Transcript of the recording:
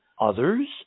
others